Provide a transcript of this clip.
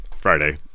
Friday